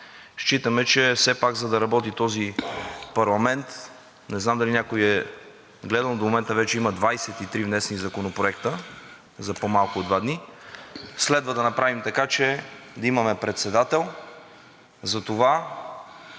Считаме, че все пак, за да работи този парламент – не знам дали някой е гледал, но до момента вече има 23 внесени законопроекта за по-малко от два дни, следва да направим така, че да имаме председател.